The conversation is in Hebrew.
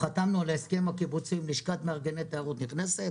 חתמנו על ההסכם הקיבוצי עם לשכת מארגני תיירות נכנסת